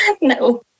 No